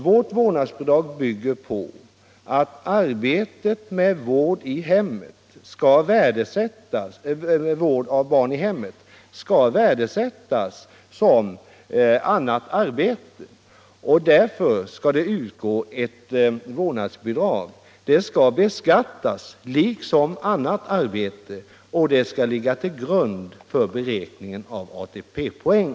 Vårt förslag om vårdnadsbidrag bygger på att arbetet med vård av barn i hemmet skall värdesättas som annat arbete, och vårdnadsbidraget skall därför beskattas liksom annat arbete och ligga till grund för beräkningen av ATP-poäng.